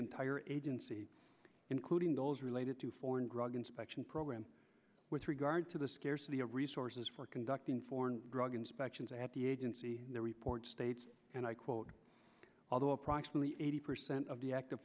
entire agency including those related to foreign drug inspection program with regard to the scarcity of resources for conducting foreign drug inspections at the agency the report states and i quote although approximately eighty percent of the active